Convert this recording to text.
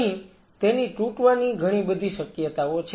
અહીં તેની તૂટવાની ઘણીબધી શક્યતાઓ છે